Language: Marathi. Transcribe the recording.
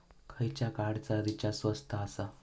खयच्या कार्डचा रिचार्ज स्वस्त आसा?